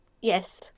yes